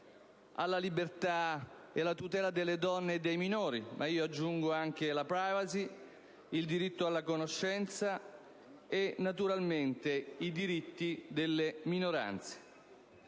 alla libertà e alla tutela delle donne e dei minori; ma io aggiungo anche la *privacy*, il diritto alla conoscenza e, naturalmente, i diritti delle minoranze.